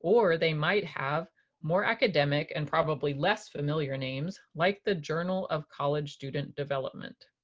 or they might have more academic and probably less familiar names like the journal of college student development.